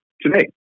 today